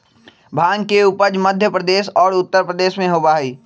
भांग के उपज मध्य प्रदेश और उत्तर प्रदेश में होबा हई